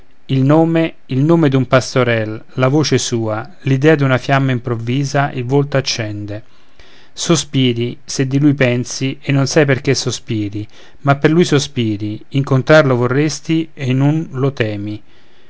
il nome il nome d'un pastorel la voce sua l'idea d'una fiamma improvvisa il volto accende sospiri se di lui pensi e non sai perché sospiri ma per lui sospiri incontrarlo vorresti e in un lo temi